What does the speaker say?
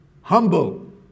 humble